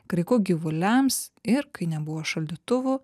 kraiku gyvuliams ir kai nebuvo šaldytuvų